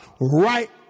right